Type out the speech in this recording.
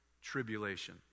Tribulation